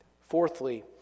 Fourthly